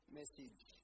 message